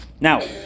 Now